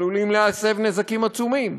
עלולים להסב נזקים עצומים.